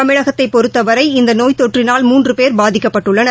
தமிழகத்தைப் பொறுத்தவரை இந்தநோய் தொற்றினால் மூன்றுபோ் பாதிக்கப்பட்டுள்ளனர்